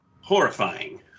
horrifying